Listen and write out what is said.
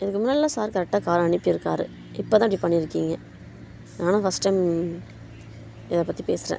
இதுக்கு முன்னாடிலாம் சார் கரெக்டாக கார் அனுப்பியிருக்காரு இப்போதான் இப்படி பண்ணியிருக்கீங்க நானும் ஃபர்ஸ்ட் டைம் இதை பற்றி பேசுகிறேன்